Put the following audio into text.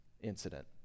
incident